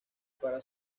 para